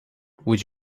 would